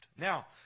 Now